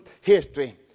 history